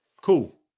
Cool